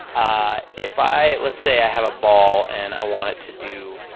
ah if i, let's say i have a ball, and i want it to do,